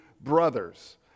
brothers